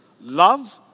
love